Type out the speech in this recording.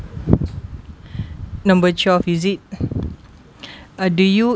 number twelve is it uh do you